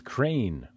Crane